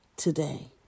today